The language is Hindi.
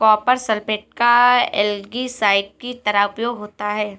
कॉपर सल्फेट का एल्गीसाइड की तरह उपयोग होता है